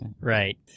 Right